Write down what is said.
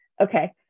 Okay